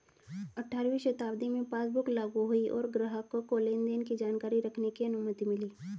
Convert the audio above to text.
अठारहवीं शताब्दी में पासबुक लागु हुई और ग्राहकों को लेनदेन की जानकारी रखने की अनुमति मिली